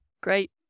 Great